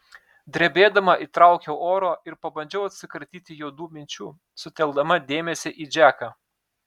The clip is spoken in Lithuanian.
drebėdama įtraukiau oro ir pabandžiau atsikratyti juodų minčių sutelkdama dėmesį į džeką